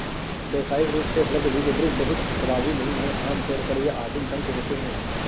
व्यावसायिक रूप से उपलब्ध बीज ड्रिल बहुत प्रभावी नहीं हैं आमतौर पर ये आदिम शंकु होते हैं